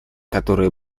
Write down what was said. которая